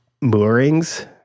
Moorings